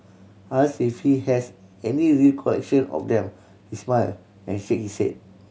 asked if he has any recollection of them he smile and shake his head